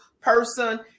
person